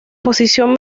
posición